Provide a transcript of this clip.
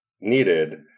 needed